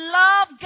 love